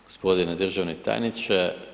Gospodine državni tajniče.